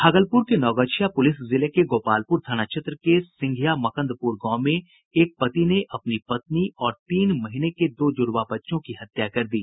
भागलपुर के नवगछिया पुलिस जिले के गोपालपुर थाना क्षेत्र के सिंघिया मकंदपुर गांव में एक पति ने अपनी पत्नी और तीन महीने के दो जुड़वा बच्चों की हत्या कर दी